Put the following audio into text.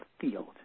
field